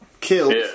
killed